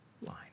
line